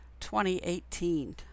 2018